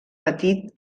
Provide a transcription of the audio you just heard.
petit